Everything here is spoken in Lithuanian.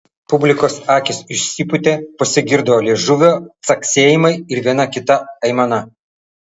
publikos akys išsipūtė pasigirdo liežuvio caksėjimai ir viena kita aimana